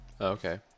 Okay